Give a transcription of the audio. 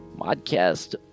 Modcast